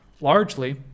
largely